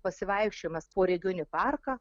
pasivaikščiojimas po regioninį parką